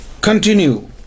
continue